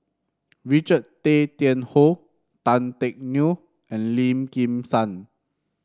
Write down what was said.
Richard Tay Tian Hoe Tan Teck Neo and Lim Kim San